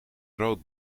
rood